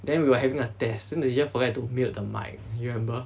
then we were having a test in the teacher forget to mute the mike you remember